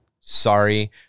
Sorry